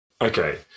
Okay